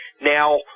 Now